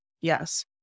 Yes